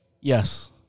Yes